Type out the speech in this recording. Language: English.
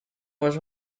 was